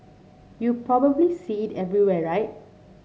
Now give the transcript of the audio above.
you probably see it everywhere right